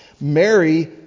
Mary